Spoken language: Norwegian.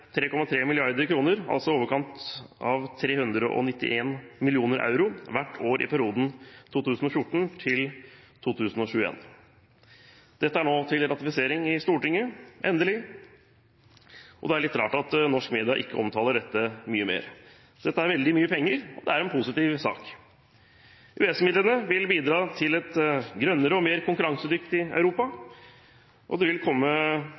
3,3 mrd. kr, altså i overkant av 391 mill. euro, hvert år i perioden 2014 til 2021. Dette er nå til ratifisering i Stortinget – endelig. Det er litt rart at norske medier ikke omtaler dette mye mer. Dette er veldig mye penger, og det er en positiv sak. EØS-midlene vil bidra til et grønnere og mer konkurransedyktig Europa. Det vil komme